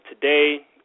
today